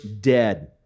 dead